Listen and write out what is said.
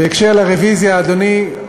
בהקשר של הרוויזיה, אדוני,